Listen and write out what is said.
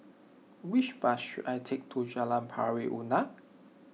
which bus should I take to Jalan Pari Unak